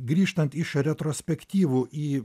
grįžtant iš retrospektyvų į